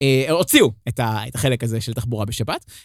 הוציאו את החלק הזה של תחבורה בשבת.